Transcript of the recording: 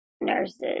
nurses